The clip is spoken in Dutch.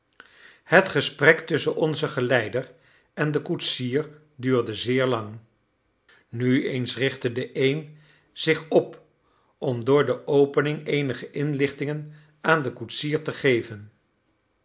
het gesprek tusschen onzen geleider en den koetsier duurde zeer lang nu eens richtte de een zich op om door de opening eenige inlichtingen aan den koetsier te geven